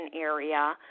area